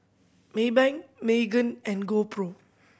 Maybank Megan and GoPro